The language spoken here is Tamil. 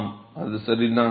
மாணவர் ஆம் அது சரிதான்